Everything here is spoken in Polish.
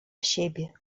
siebie